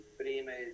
prime